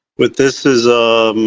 with this is a.